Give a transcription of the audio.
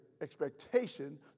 expectation